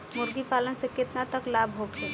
मुर्गी पालन से केतना तक लाभ होखे?